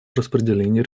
распределение